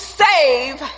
save